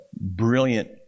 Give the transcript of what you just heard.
Brilliant